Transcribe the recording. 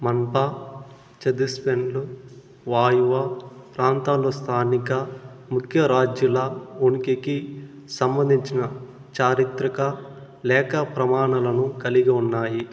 మన్పా చెర్దుస్పెన్లు వాయువ్య ప్రాంతంలో స్థానిక ముఖ్య రాజ్యాల ఉనికికి సంబంధించిన చారిత్రక లేఖాప్రమాణాలను కలిగి ఉన్నాయి